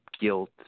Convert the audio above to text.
guilt